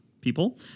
people